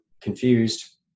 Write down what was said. confused